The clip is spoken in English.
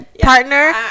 partner